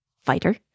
fighter